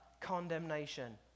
condemnation